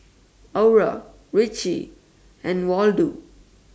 Aura Richie and Waldo